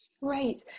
Right